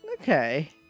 Okay